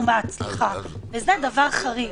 זה דבר חריג.